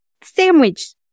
Sandwich